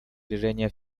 движения